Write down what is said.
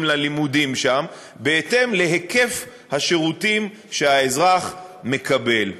ללימודים שם בהתאם להיקף השירותים שהאזרח מקבל.